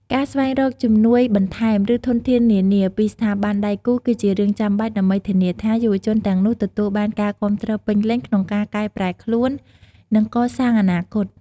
ការស្វែងរក ជំនួយបន្ថែម ឬធនធាននានា ពីស្ថាប័នដៃគូ គឺជារឿងចាំបាច់ដើម្បីធានាថា យុវជនទាំងនោះទទួលបានការគាំទ្រពេញលេញក្នុងការកែប្រែខ្លួន និងកសាងអនាគត។